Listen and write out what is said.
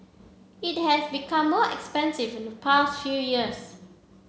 it has become more expensive in the past few years